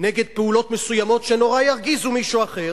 נגד פעולות מסוימות שנורא ירגיזו מישהו אחר,